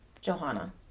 Johanna